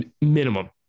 minimum